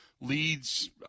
leads